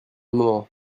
moment